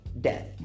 death